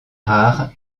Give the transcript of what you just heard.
rare